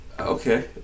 okay